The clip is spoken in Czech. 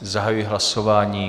Zahajuji hlasování.